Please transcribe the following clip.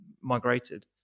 migrated